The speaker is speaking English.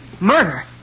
Murder